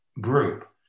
group